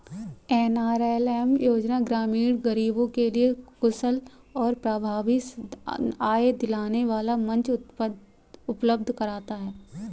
NRLM योजना ग्रामीण गरीबों के लिए कुशल और प्रभावी आय दिलाने वाला मंच उपलब्ध कराता है